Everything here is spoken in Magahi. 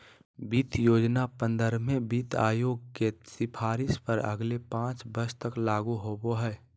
वित्त योजना पंद्रहवें वित्त आयोग के सिफारिश पर अगले पाँच वर्ष तक लागू होबो हइ